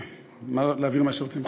להעביר מה שרוצים.